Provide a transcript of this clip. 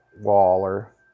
Waller